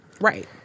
Right